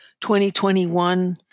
2021